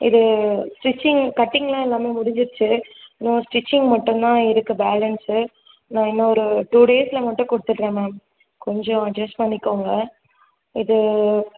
இது ஸ்டிச்சிங் கட்டிங்லாம் எல்லாமே முடிஞ்சிடிச்சு இன்னும் ஸ்டிச்சிங் மட்டும்தான் இருக்கு பேலன்ஸ்ஸு நான் இன்னும் ஒரு டூ டேஸில் மட்டும் கொடுத்துட்றேன் மேம் கொஞ்சம் அட்ஜஸ்ட் பண்ணிக்கோங்க இது